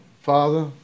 Father